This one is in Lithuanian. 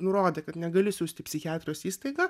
nurodė kad negali siųsti į psichiatrijos įstaigą